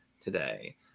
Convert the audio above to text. today